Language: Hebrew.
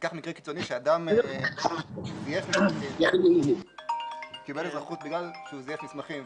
ניקח מקרה קיצוני שאדם קיבל אזרחות בגלל שהוא זייף מסמכים.